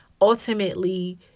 ultimately